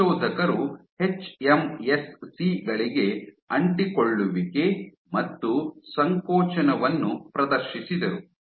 ಸಂಶೋಧಕರು ಎಚ್ಎಂಎಸ್ಸಿ ಗಳಿಗೆ ಅಂಟಿಕೊಳ್ಳುವಿಕೆ ಮತ್ತು ಸಂಕೋಚನವನ್ನು ಪ್ರದರ್ಶಿಸಿದರು